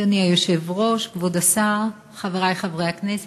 אדוני היושב-ראש, כבוד השר, חברי חברי הכנסת,